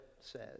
says